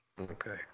Okay